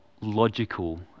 logical